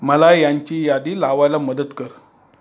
मला यांची यादी लावायला मदत कर